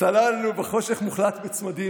צללנו בחושך מוחלט בצמדים,